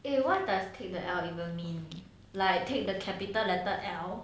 eh what does take the L even mean like take the capital letter L